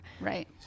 Right